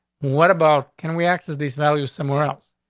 what about? can we access these values somewhere else?